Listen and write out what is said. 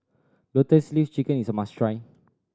Lotus Leaf Chicken is a must try